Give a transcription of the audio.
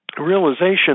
realization